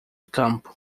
campo